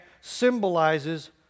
symbolizes